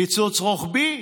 קיצוץ רוחבי